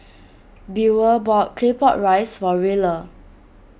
Buel bought Claypot Rice for Rilla